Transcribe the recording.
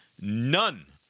none